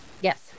Yes